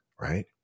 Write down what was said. right